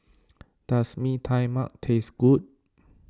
does Mee Tai Mak taste good